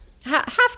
Half